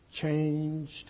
changed